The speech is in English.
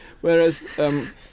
Whereas